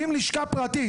עם לשכה פרטית?